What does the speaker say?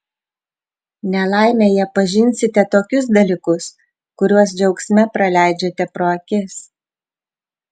nelaimėje pažinsite tokius dalykus kuriuos džiaugsme praleidžiate pro akis